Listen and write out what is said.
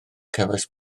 cefais